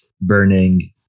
Burning